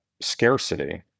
scarcity